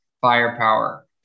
firepower